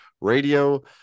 radio